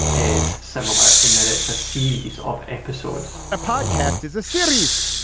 is similar in that it's a series of episodes a podcast is a series.